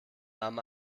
nahm